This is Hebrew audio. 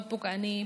מאוד פוגעני,